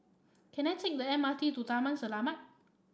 can I take the M R T to Taman Selamat